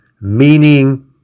meaning